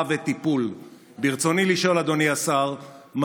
שהשר, כן,